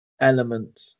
element